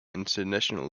international